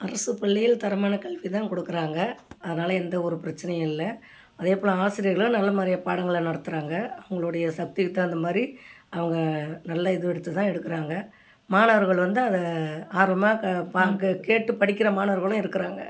அரசுப் பள்ளியில் தரமான கல்விதான் கொடுக்குறாங்க அதனால் எந்த ஒரு பிரச்சினையும் இல்லை அதே போல ஆசிரியர்களை நல்ல மாதிரியா பாடங்களை நடத்துகிறாங்க அவங்களுடைய சக்திக்கு தகுந்த மாதிரி அவங்க நல்ல இது எடுத்து தான் எடுக்கிறாங்க மாணவர்கள் வந்து அதை ஆர்வமாக க பார்க்க கேட்டுப் படிக்கிற மாணவர்களும் இருக்கிறாங்க